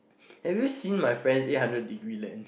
have you seen my friend's eight hundred degree len